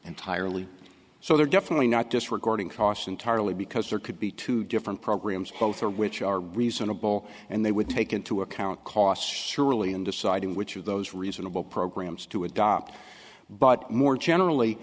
entirely so they're definitely not disregarding costs entirely because there could be two different programs both of which are reasonable and they would take into account costs surely in deciding which of those reasonable programs to adopt but more generally